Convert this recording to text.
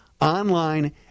online